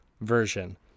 version